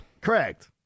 Correct